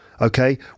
Okay